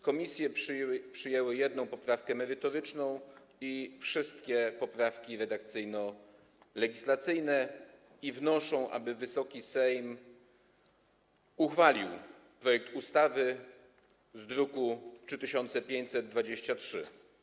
Komisje przyjęły jedną poprawkę merytoryczną i wszystkie poprawki redakcyjno-legislacyjne i wnoszą, aby Wysoki Sejm uchwalił projekt ustawy z druku nr 3523.